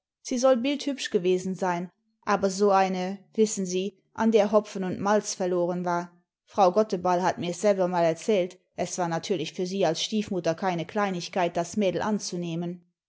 sie soll bildhübsch gewesen sein aber so eine wissen sie an der hopfen und malz verloren war frau gotteball hat mir s selber mal erzählt es war natürlich für sie als stiefmutter keine kleinigkeit das mädel anzunehmen